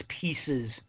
pieces